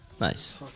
Nice